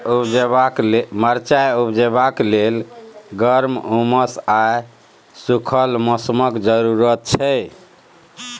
मरचाइ उपजेबाक लेल गर्म, उम्मस आ सुखल मौसमक जरुरत छै